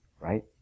Right